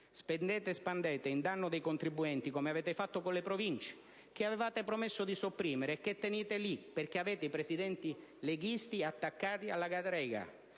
Spendete e spandete in danno dei contribuenti, come avete fatto con le Province, che avevate promesso di sopprimere e che tenete lì perché avete i presidenti leghisti attaccati alla «cadrega»,